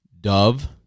dove